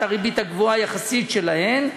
הריבית הגבוהה יחסית שלהן,